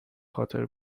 خاطر